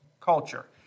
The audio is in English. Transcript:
culture